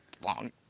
long